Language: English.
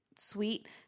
sweet